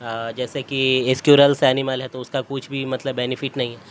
جیسے کہ squirrels animal ہے تو اس کا کچھ بھی مطلب بینیفٹ نہیں ہے